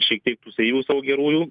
šiek tiek tų savybių savo gerųjų